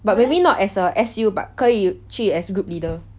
but maybe not as a S_U but 可以去 as group leader anybody else